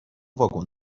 واگن